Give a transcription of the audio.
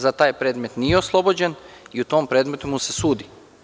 Za taj predmet nije oslobođen i u tom predmetu mu se sudi.